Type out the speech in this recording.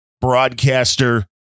broadcaster